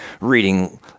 reading